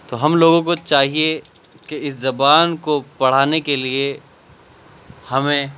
تو ہم لوگوں کو چاہیے کہ اس زبان کو پڑھانے کے لئے ہمیں